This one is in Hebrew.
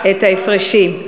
ההפרשים.